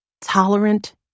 Tolerant